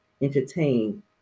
entertain